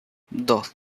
dos